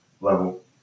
level